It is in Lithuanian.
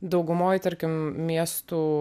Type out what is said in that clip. daugumoj tarkim miestų